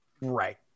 Right